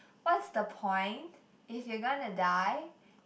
what's the point if you're gonna die